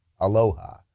Aloha